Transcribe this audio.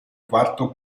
quarto